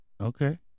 Okay